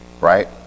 right